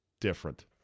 different